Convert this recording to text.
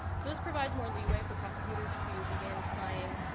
so this provides more leeway for prosecutors to begin trying